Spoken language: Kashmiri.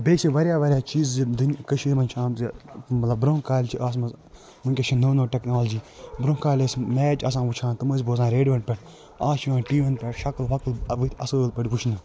بیٚیہِ چھِ وارِیاہ وارِیاہ چیٖز یہِ دٕنۍ کٔشیٖرِ منٛز چھِ آمژٕ مطلب برٛونٛہہ کالہِ چھِ آسمژٕ وٕنکٮ۪س چھِ نٔو نٔو ٹٮ۪کنالجی برٛونٛہہ کالہِ ٲسۍ میچ آسان وٕچھان تہٕ ٲسۍ بوزان ریڑوہن پٮ۪ٹھ آز چھُ یِوان ٹی وی ہن پٮ۪ٹھ شکٕل وَکٕل اَصۭل پٲٹھۍ وِچھِنہٕ